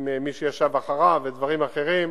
עם מי שישב מאחור ודברים אחרים.